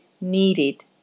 needed